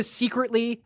secretly